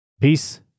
Peace